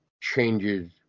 changes